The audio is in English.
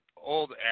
old